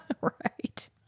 Right